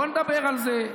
בוא נדבר על זה,